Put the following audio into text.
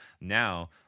now